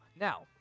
Now